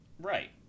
Right